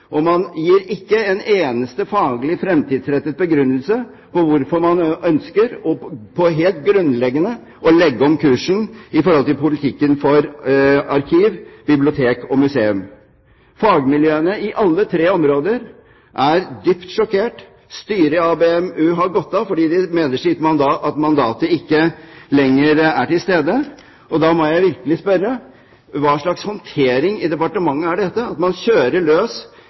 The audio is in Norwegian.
og man gir ikke en eneste faglig, fremtidsrettet begrunnelse på hvorfor man ønsker – helt grunnleggende – å legge om kursen i forhold til politikken for arkiv, bibliotek og museum. Fagmiljøene på alle tre områder er dypt sjokkert. Styret i ABM-u har gått av, fordi de mener at deres mandat ikke lenger er til stede. Da må jeg virkelig spørre: Hva slags håndtering i departementet er dette, at man kjører løs